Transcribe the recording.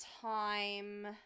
time